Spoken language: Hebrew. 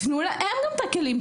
תנו להם גם את הכלים.